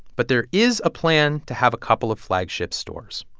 but there is a plan to have a couple of flagship stores,